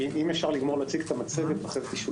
אם אוכל לסיים את המצגת ואחרי כן תשאלו